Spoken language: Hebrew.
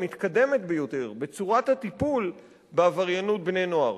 המתקדמת ביותר בצורת הטיפול בעבריינות בני-נוער.